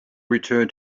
return